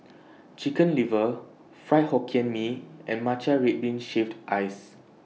Chicken Liver Fried Hokkien Mee and Matcha Red Bean Shaved Ice